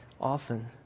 often